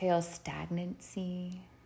Stagnancy